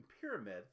pyramid